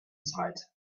sight